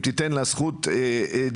אם תיתן לה זכות דיבור,